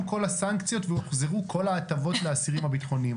כל הסנקציות והוחזרו כל ההטבות לאסירים הביטחוניים.